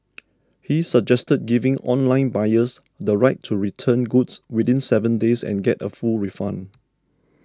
he suggested giving online buyers the right to return goods within seven days and get a full refund